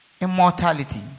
Immortality